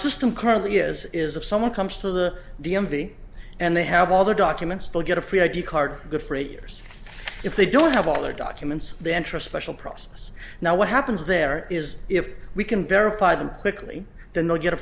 system currently is is if someone comes to the d m v and they have all the documents they'll get a free i d card good for eight years if they don't have all the documents they enter a special process now what happens there is if we can verify them quickly then they'll get a